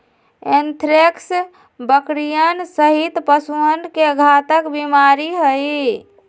anthrax बकरियन सहित पशुअन के घातक बीमारी हई